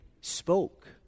spoke